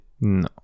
no